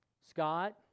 Scott